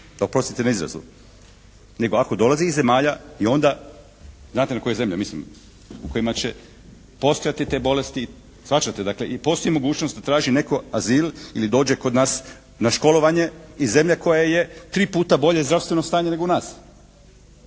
Oprostite na izrazu. Nego ako dolazi iz zemalja i onda znate na koje zemlje mislim, u kojima će postojati te bolesti, shvaćate. Dakle i postoji mogućnost da traži netko azil ili dođe kod nas na školovanje iz zemlje u kojoj je tri puta bolje zdravstveno stanje nego u nas.